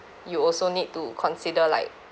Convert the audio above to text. you also need to consider like